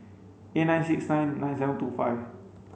eight nine six nine nine seven two five